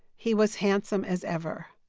he was handsome as ever.